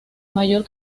mayor